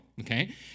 okay